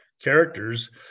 characters